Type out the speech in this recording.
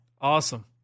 Awesome